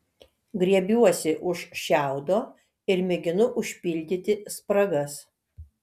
griebiuosi už šiaudo ir mėginu užpildyti spragas